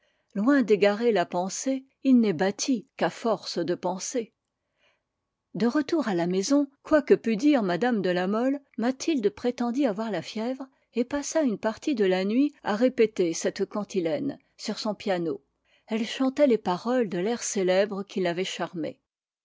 loin d'égarer la pensée il n'est bâti qu'à force de pensées de retour à la maison quoi que pût dire mme de la mole mathilde prétendit avoir la fièvre et passa une partie de la nuit à répéter cette cantilène sur son piano elle chantait les paroles de l'air célèbre qui l'avait